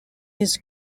his